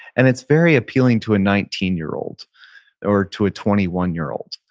and it's very appealing to a nineteen year old or to a twenty one year old.